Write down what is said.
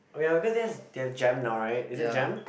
oh ya because that's they have jam now right is it jam